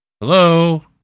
Hello